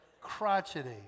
crotchety